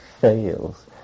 fails